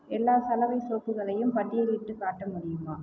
எல்லா சலவை சோப்புகளையும் பட்டியலிட்டு காட்ட முடியுமா